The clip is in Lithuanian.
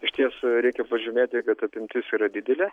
išties reikia pažymėti kad apimtis yra didelė